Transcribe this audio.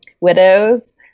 Widows